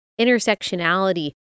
intersectionality